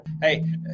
hey